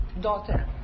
daughter